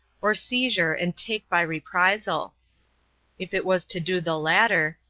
or seizure and take by reprisal if it was to do the latter,